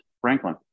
Franklin